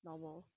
normal